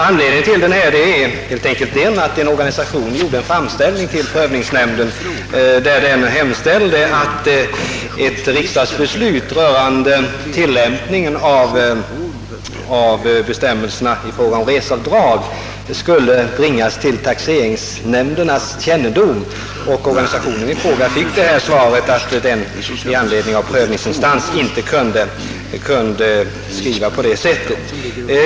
Anledningen till frågan var helt enkelt den, att en organisation gjorde en framställning till prövningsnämnden och hemställde att ett riksdagsbeslut rörande tillämpningen av bestämmelserna rörande reseavdrag skulle bringas till taxeringsnämndernas kännedom, varvid organisationen i fråga fick det svaret att nämnden »i egenskap av prövningsinstans» inte kunde skriva på det sättet.